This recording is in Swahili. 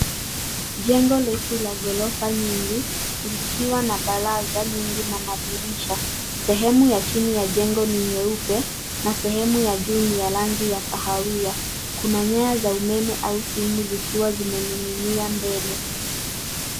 Jengo refu la ghorofa nyingi likiwa na baraza nyingi na madirisha. Sehemu ya chini ya jengo ni nyeupe na sehemu ya juu ni ya rangi ya kahawia. Kuna nyaya za umeme au simu zikiwa zimening'inia mbele.